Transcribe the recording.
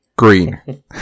Green